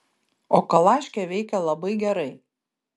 o kalaškė veikia labai gerai